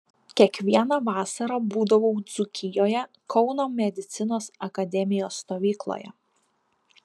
kiekvieną vasarą būdavau dzūkijoje kauno medicinos akademijos stovykloje